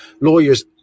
lawyers